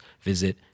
visit